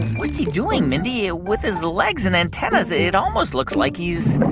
what's he doing, mindy? ah with his legs and antennas, it almost looks like he's.